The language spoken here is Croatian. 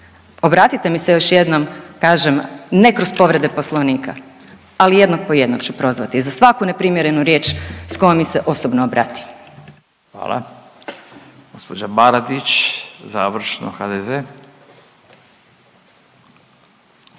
Obratite mi se još jednom kažem ne kroz povrede poslovnika, ali jednog po jednog ću prozvati i za svaku neprimjerenu riječ s kojom mi se osobno obrati. **Radin, Furio (Nezavisni)**